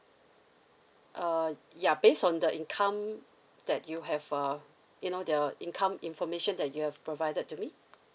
uh ya based on the income that you have uh you know the income information that you have provided to me